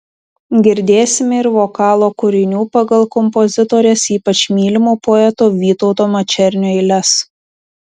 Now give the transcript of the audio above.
girdėsime ir vokalo kūrinių pagal kompozitorės ypač mylimo poeto vytauto mačernio eiles